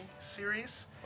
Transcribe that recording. series